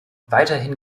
weiterhin